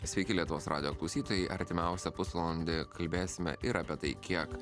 sveiki lietuvos radijo klausytojai artimiausią pusvalandį kalbėsime ir apie tai kiek